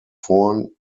vorn